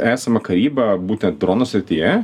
esama karyba būtent dronų srityje